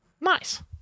Nice